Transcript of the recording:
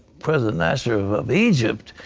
president nasser of of egypt.